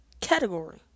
category